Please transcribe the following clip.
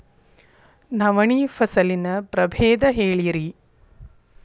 ನವಣಿ ಫಸಲಿನ ಪ್ರಭೇದ ಹೇಳಿರಿ